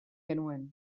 genuen